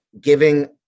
giving